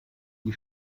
die